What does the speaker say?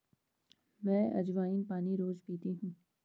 मैं अज्वाइन पानी रोज़ पीती हूँ